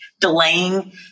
delaying